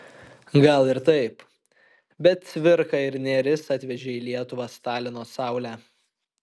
gal ir taip bet cvirka ir nėris atvežė į lietuvą stalino saulę